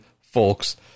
folks